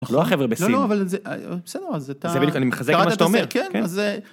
אנחנו לא החבר'ה בסין. לא, לא, בסדר. זה בדיוק אני מחזיק מה שאתה אומר.